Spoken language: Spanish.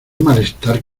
malestar